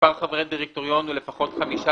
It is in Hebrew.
מספר חברי דירקטוריון הוא לפחות חמישה,